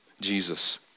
Jesus